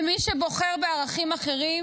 מי שבוחר בערכים אחרים